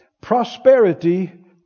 Prosperity